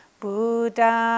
buddha